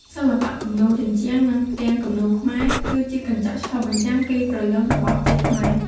សិល្បៈគំនូរជញ្ជាំង និងផ្ទាំងគំនូរខ្មែរ គឺជាកញ្ចក់ឆ្លុះបញ្ចាំងពីព្រលឹងរបស់ជាតិខ្មែរ។